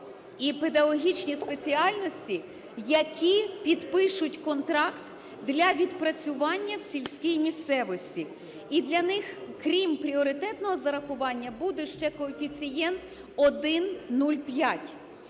і педагогічні спеціальності, які підпишуть контракт для відпрацювання в сільській місцевості. І для них, крім пріоритетного зарахування, буде ще коефіцієнт 1,05.